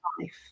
life